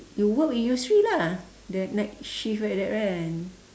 you work with yusri lah the night shift like that kan